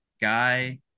guy